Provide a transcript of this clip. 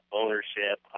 ownership